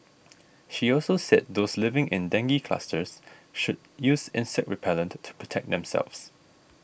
she also said those living in dengue clusters should use insect repellent to protect themselves